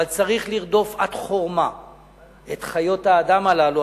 אבל צריך לרדוף עד חורמה את חיות האדם הללו,